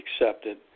accepted